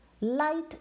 light